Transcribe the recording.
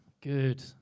Good